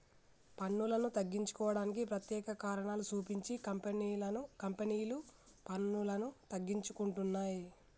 పన్నులను తగ్గించుకోవడానికి ప్రత్యేక కారణాలు సూపించి కంపెనీలు పన్నులను తగ్గించుకుంటున్నయ్